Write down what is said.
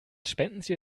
spendenziel